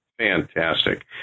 Fantastic